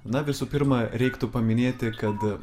na visų pirma reiktų paminėti kad